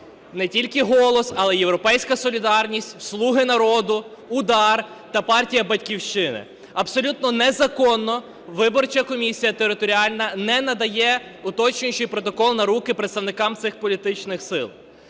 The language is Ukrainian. не тільки "Голос", але й "Європейська солідарність", "Слуги народу", "Удар" та партія "Батьківщина". Абсолютно незаконно виборча комісія територіальна не надає уточнюючий протокол на руки представникам цих політичних сил.